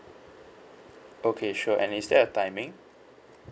okay sure and is there a timing